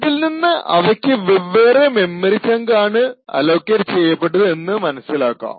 ഇതിൽ നിന്നു അവയ്ക്ക് വെവ്വേറെ മെമ്മറി ചങ്ക് ആണ് അലൊക്കേറ്റ് ചെയ്യപ്പെട്ടത് എന്ന് മനസിലാക്കാം